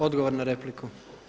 Odgovor na repliku.